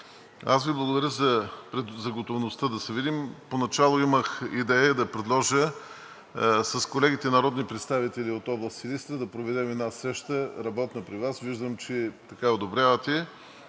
Благодаря Ви за готовността да се видим. Поначало имах идея да предложа с колегите народни представители от област Силистра да проведем една работна среща при Вас. Виждам, че така я одобрявате.